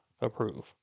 approve